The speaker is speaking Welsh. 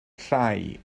llai